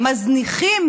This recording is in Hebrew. מזניחים